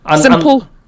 Simple